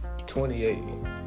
28